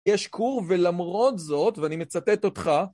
יש כור, ולמרות זאת, ואני מצטט אותך,